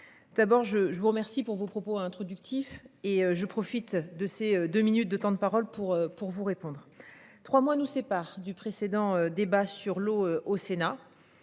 D'abord je je vous remercie pour vos propos introductif et je profite de ces 2 minutes de temps de parole pour pour vous répondre. 3 mois nous séparent du précédent débat sur l'eau au Sénat.